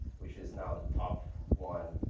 which is now the top one,